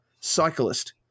cyclist